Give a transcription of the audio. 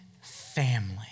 family